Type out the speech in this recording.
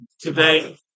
Today